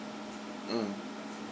mm